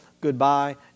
goodbye